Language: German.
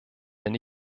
den